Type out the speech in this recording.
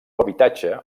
habitatge